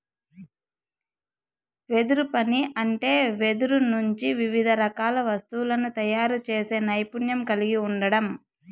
వెదురు పని అంటే వెదురు నుంచి వివిధ రకాల వస్తువులను తయారు చేసే నైపుణ్యం కలిగి ఉండడం